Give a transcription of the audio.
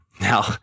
Now